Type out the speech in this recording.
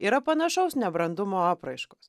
yra panašaus nebrandumo apraiškos